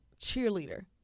cheerleader